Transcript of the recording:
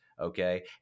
okay